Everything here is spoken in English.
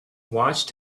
watched